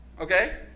okay